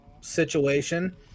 situation